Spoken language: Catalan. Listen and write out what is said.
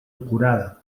acurada